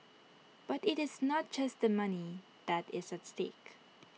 but IT is not just the money that is at stake